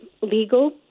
legal